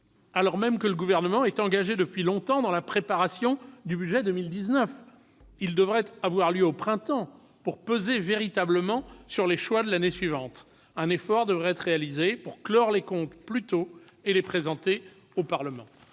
alors même que le Gouvernement est engagé depuis longtemps dans la préparation du budget 2019. Il devrait avoir lieu au printemps, pour peser véritablement sur les choix de l'année suivante. Un effort devrait être réalisé afin de clore les comptes et de les présenter au Parlement